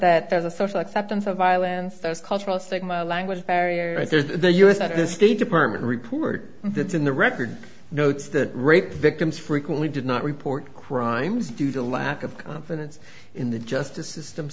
that there's a social acceptance of violence those cultural stigma language barriers there's the u s at the state department report that's in the record notes that rape victims frequently did not report crimes due to lack of confidence in the justice system